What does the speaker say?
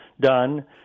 done